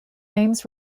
names